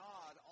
God